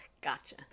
Gotcha